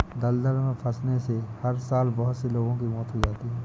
दलदल में फंसने से हर साल बहुत से लोगों की मौत हो जाती है